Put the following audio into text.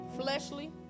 fleshly